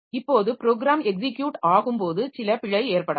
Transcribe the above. இப்போது program execute ஆகும்போது சில பிழை ஏற்படலாம்